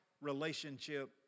relationship